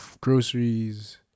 groceries